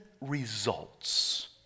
results